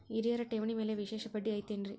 ಹಿರಿಯರ ಠೇವಣಿ ಮ್ಯಾಲೆ ವಿಶೇಷ ಬಡ್ಡಿ ಐತೇನ್ರಿ?